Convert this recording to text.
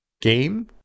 game